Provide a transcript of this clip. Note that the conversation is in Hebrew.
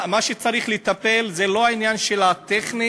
מה שצריך לטפל זה לא העניין הטכני,